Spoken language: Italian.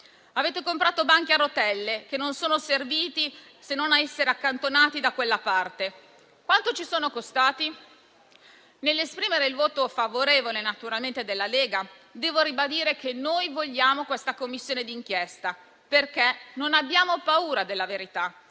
Avete comprato banchi a rotelle che non sono serviti se non a essere accantonati da quella parte. Quanto ci sono costati? Nell'esprimere il voto favorevole, naturalmente, della Lega, devo ribadire che noi vogliamo questa Commissione d'inchiesta perché non abbiamo paura della verità,